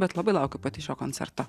bet labai laukiu pati šio koncerto